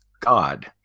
God